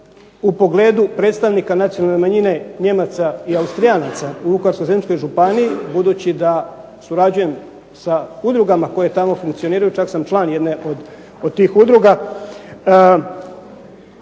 u pogledu predstavnika nacionalne manjine Nijemaca i Austrijanaca u Vukovarsko-srijemskoj županiji, budući da surađujem sa udrugama koje tamo funkcioniraju, čak sam član jedne od tih udruga,